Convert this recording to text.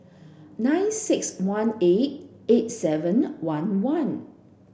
nine six one eight eight seven one one